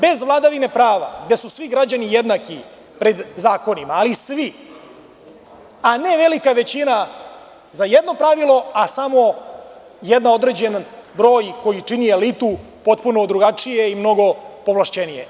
Bez vladavine prava, gde su svi građani jednaki pred zakonima, ali svi, a ne velika većina za jedno pravilo, a samo jedan određen broj koji čine elitu potpuno drugačije i mnogo povlašćenije.